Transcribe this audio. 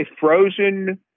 frozen